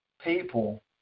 people